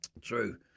True